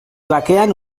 bakean